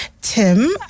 Tim